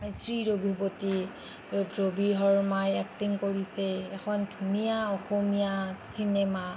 শ্ৰীৰঘুপতি য'ত ৰবি শৰ্মাই এক্টিং কৰিছে এখন ধুনীয়া অসমীয়া চিনেমা